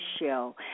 show